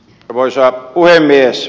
arvoisa puhemies